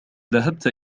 ذهبت